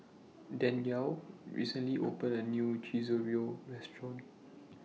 Danyell recently opened A New Chorizo Restaurant